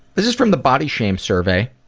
this is from the body shame survey.